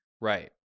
Right